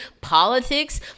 politics